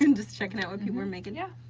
and just checking out with people were making. yeah